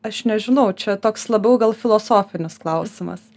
aš nežinau čia toks labiau gal filosofinis klausimas